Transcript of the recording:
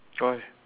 why